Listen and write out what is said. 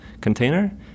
container